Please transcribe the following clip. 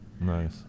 nice